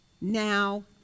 now